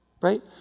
Right